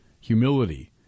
humility